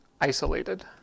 isolated